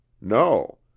no